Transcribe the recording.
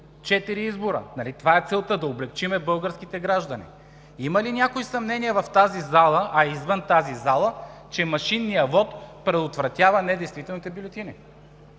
четири избора. Нали това е целта – да облекчим българските граждани. Има ли някой съмнения в тази зала, а и извън тази зала, че машинният вот предотвратява недействителните бюлетини?